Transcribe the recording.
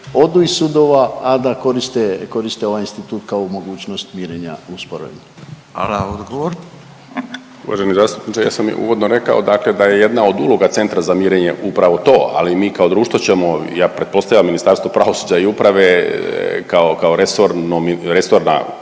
odu iz sudova, a da koriste ovaj institut kao mogućnost mirenja u sporovima. **Radin, Furio (Nezavisni)** Hvala. Odgovor. **Martinović, Juro** Uvaženi zastupniče ja sam i uvodno rekao, dakle da je jedna od uloga Centra za mirenje upravo to, ali mi kao društvo ćemo ja pretpostavljam Ministarstvo pravosuđa i uprave kao resorna vladina,